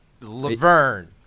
Laverne